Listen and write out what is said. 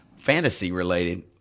Fantasy-related